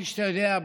כפי שאתה יודע,